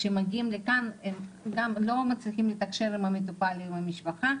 כשהם מגיעים לכאן הם גם לא מצליחים לתקשר עם המטופל או עם המשפחה.